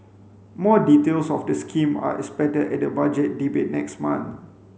more details of the scheme are expected at the Budget Debate next month